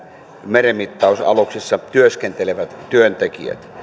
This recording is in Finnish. merenmittausaluksessa työskentelevät työntekijät